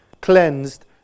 cleansed